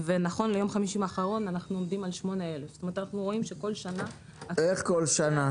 ונכון ליום חמישי האחרון אנחנו עומדים על 8,000. זאת אומרת שאנחנו רואים שכל שנה --- איך כל שנה?